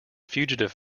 fugitive